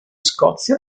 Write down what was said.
scozia